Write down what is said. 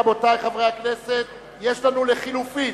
רבותי חברי הכנסת, יש לנו לחלופין.